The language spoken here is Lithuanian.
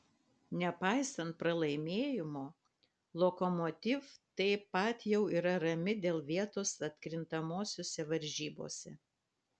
nepaisant pralaimėjimo lokomotiv taip pat jau yra rami dėl vietos atkrintamosiose varžybose